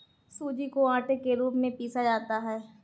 सूजी को आटे के रूप में पीसा जाता है